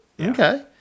okay